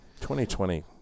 2020